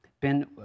Ben